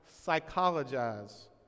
psychologize